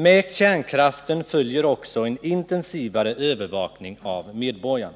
Med kärnkraften följer också en intensivare övervakning av medborgarna.